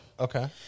Okay